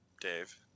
Dave